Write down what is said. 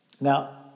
Now